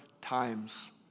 times